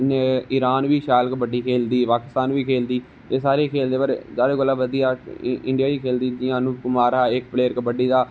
Iran बी शैल कबड्डी खेलदी पाकिस्तान बी खेलदी एह् सारे खेलदे पर सारे कोला बधिया इंडिया ही खेलदी जियां अरुन कुमार हा इक पलेयर कबड्डी दा